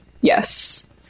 Yes